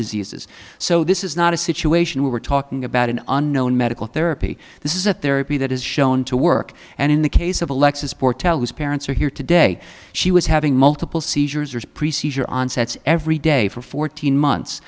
diseases so this is not a situation where we're talking about an unknown medical therapy this is a therapy that is shown to work and in the case of alexis portela whose parents are here today she was having multiple seizures or onsets every day for fourteen months